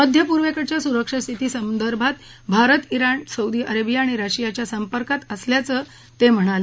मध्यपूर्वेकडच्या सुरक्षा स्थिती संदर्भात भारत ज्ञाण सौदी अरेबिया आणि रशियाच्या संपर्कात असल्याचं ते म्हणाले